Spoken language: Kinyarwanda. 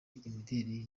imideli